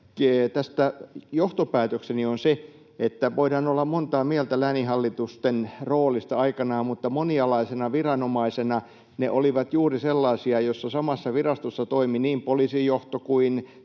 tästä johtopäätökseni on se, että voidaan olla montaa mieltä lääninhallitusten roolista aikanaan, mutta monialaisina viranomaisina ne olivat juuri sellaisia, että samassa virastossa toimivat niin poliisijohto, sosiaali‑